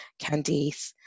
Candice